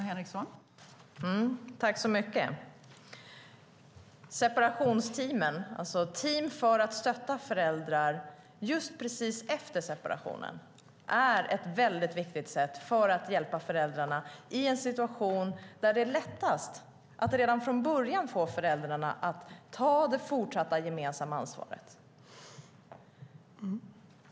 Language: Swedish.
Fru talman! Separationsteam - team för att stötta föräldrar precis efter separationen - är ett viktigt sätt att hjälpa föräldrarna i en situation där det är lättast att redan från början få föräldrarna att ta det fortsatta gemensamma ansvaret.